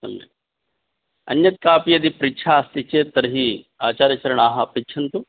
सम्यक् अन्यत् कापि यदि पृच्छा अस्ति चेत् तर्हि आचार्यचरणाः पृच्छन्तु